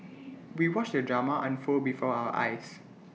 we watched the drama unfold before our eyes